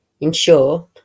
ensure